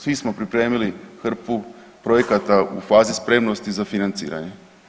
Svi smo pripremili hrpu projekata u fazi spremnosti za financiranje.